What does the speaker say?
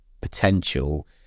potential